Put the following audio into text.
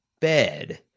bed